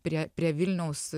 prie prie vilniaus